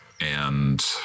and-